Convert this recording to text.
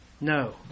No